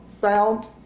found